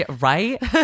right